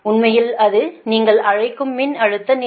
உண்மையில் அது நீங்கள் அழைக்கும் மின்னழுத்த நிலை